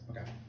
okay